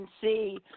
see